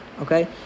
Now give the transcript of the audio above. okay